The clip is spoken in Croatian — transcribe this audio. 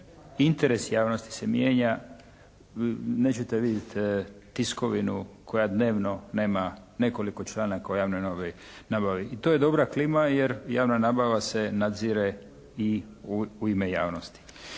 interes javnosti se mijenja. Nećete vidjeti tiskovinu koja dnevno nema nekoliko članaka o javnoj nabavi. I to je dobra klima jer javna nabava se nadzire i u ime javnosti.